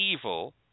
evil